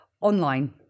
online